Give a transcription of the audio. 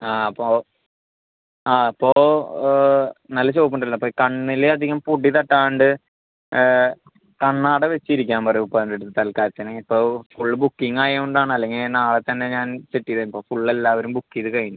ആ അപ്പോൾ ആ അപ്പോൾ നല്ല ചോപ്പുണ്ടല്ലോ അപ്പോൾ ഈ കണ്ണിൽ അധികം പൊടി തട്ടാണ്ട് കണ്ണട വെച്ച് ഇരിക്കാൻ പറ ഉപ്പാൻൻ്റടുത്ത് തൽക്കാലത്തേന് ഇപ്പോൾ ഫുള്ള് ബുക്കിംങ്ങായോണ്ടാണ് അല്ലെങ്കിൽ നാളത്തന്നെ ഞാൻ സെറ്റ് ചെയ്തേരുമ്പോൾ ഫുൾ എല്ലാവരും ബുക്ക് ചെയ്ത് കഴിഞ്ഞ്